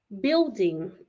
building